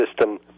system